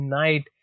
night